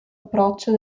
approccio